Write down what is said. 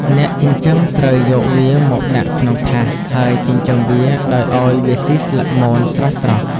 អ្នកចិញ្ចឹមត្រូវយកវាមកដាក់ក្នុងថាស ហើយចិញ្ចឹមវាដោយឲ្យវាសុីស្លឹកមនស្រស់ៗ។